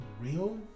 real